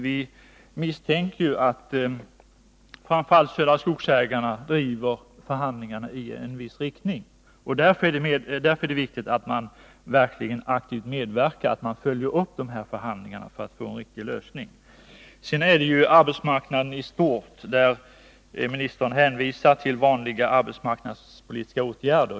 Vi misstänker att framför allt Södra Skogsägarna driver förhandlingarna i en viss riktning, och därför är det viktigt att staten verkligen aktivt medverkar i förhandlingarna för att få en riktig lösning. När det sedan gäller arbetsmarknaden i stort hänvisar arbetsmarknadsministern till vanliga arbetsmarknadspolitiska åtgärder.